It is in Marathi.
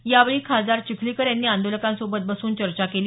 यावेळी खासदार चिखलीकर यांनी आंदोलकांसोबत बसून चर्चा केली